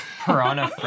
piranha